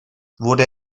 wurde